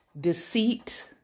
deceit